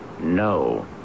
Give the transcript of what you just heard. No